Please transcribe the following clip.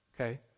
Okay